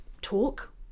talk